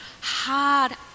hard